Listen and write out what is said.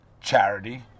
charity